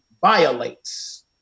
violates